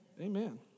Amen